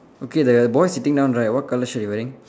okay the boy sitting down right what colour shirt he wearing